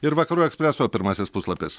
ir vakarų ekspreso pirmasis puslapis